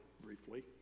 briefly